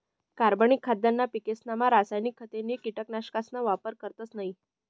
कार्बनिक खाद्यना पिकेसमा रासायनिक खते नी कीटकनाशकसना वापर करतस नयी